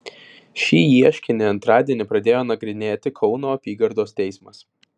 šį ieškinį antradienį pradėjo nagrinėti kauno apygardos teismas